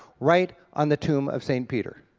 right on the tomb of st. peter.